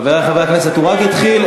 חברי חברי הכנסת, הוא רק התחיל.